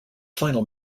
final